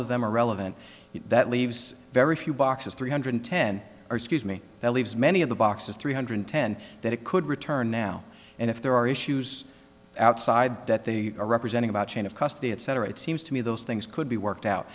of them are relevant here that leaves very few boxes three hundred ten or scuse me that leaves many of the boxes three hundred ten that it could return now and if there are issues outside that they are representing about chain of custody etc it seems to me those things could be worked out